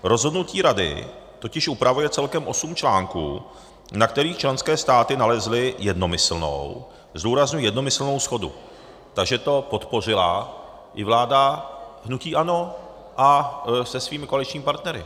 Rozhodnutí Rady totiž upravuje celkem osm článků, na kterých členské státy nalezly jednomyslnou zdůrazňuji jednomyslnou shodu, takže to podpořila i vláda hnutí ANO se svými koaličními partnery.